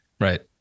Right